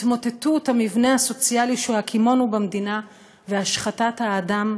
התמוטטות המבנה הסוציאלי שהקימונו במדינה והשחתת האדם,